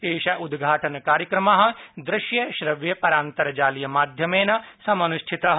एष उद्घाटन कार्यक्रमः दृश्यश्रव्य परान्तर्जालीय माध्यमेन समनृष्ठितः